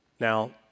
Now